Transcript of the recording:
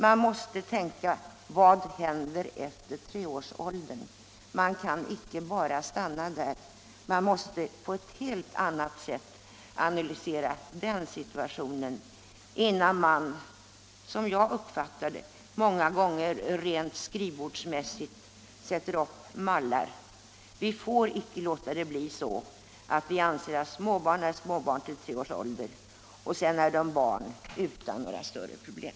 Man måste tänka: Vad händer efter treårsåldern? Man kan inte bara stanna där. Man måste på ett helt annat sätt analysera den situationen innan man, som jag uppfattar det, många gånger rent skrivbordsmässigt sätter upp mallar. Vi får inte låta det bli så att vi anser att småbarn är småbarn till tre års ålder och sen är de barn utan några större problem.